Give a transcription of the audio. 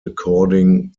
according